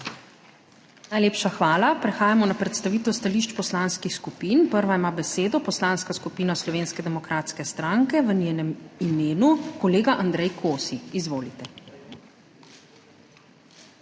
Najlepša hvala. Prehajamo na predstavitev stališč poslanskih skupin. Prva ima besedo Poslanska skupina Slovenske demokratske stranke, v njenem imenu kolega Andrej Kosi. Izvolite.